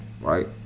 right